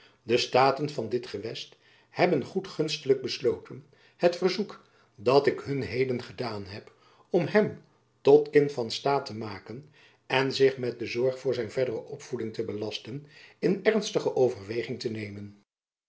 de staten van dit gewest hebben goedgunstiglijk besloten het verzoek dat ik hun heden gedaan heb om hem tot kind van staat te maken en zich met de zorg voor zijn verdere opvoeding te belasten in ernstige overweging te nemen